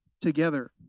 together